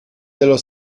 dello